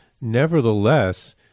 nevertheless